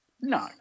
No